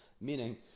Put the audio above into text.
meaning